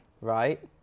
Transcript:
Right